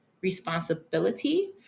responsibility